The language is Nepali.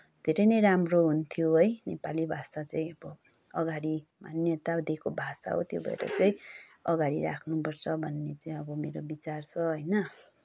धेरै नै राम्रो हुन्थ्यो है नेपाली भाषा चाहिँ अब अगाडि अन्य यताउतिको भाषा उत्यो भएर चाहिँ अगाडि राख्नुपर्छ भन्ने चाहिँ अब मेरो विचार छ होइन